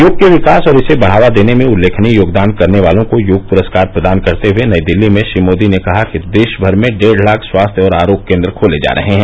योग के विकास और इसे बढ़ावा देने में उल्लेखनीय योगदान करने वालों को योग पुरस्कार प्रदान करते हुए नई दिल्ली में श्री मोदी ने कहा कि देश भर में डेढ़ लाख स्वास्थ्य और आरोग्य केन्द्र खोले जा रहे हैं